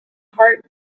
heart